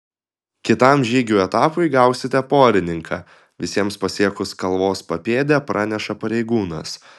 kitam žygių etapui gausite porininką visiems pasiekus kalvos papėdę praneša pareigūnas